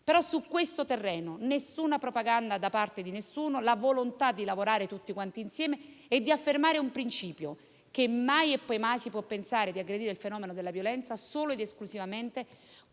Su questo terreno nessuna propaganda da parte di nessuno; la volontà di lavorare tutti quanti insieme e di affermare un principio: che mai e poi mai si può pensare di aggredire il fenomeno della violenza solo ed esclusivamente